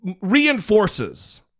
reinforces